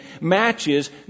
matches